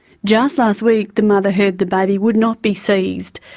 just last week the mother heard the baby would not be seized,